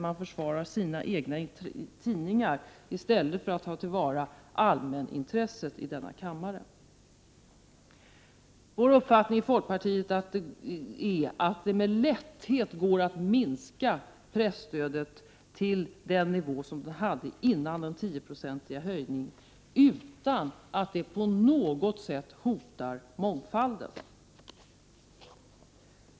Man försvarar sina egna tidningar i stället för att ta till vara allmännintresset i denna kammare. Folkpartiets uppfattning är att det med lätthet går att minska presstödet till den nivå det hade före den 10-procentiga höjningen utan att det på något sätt hotar mångfalden.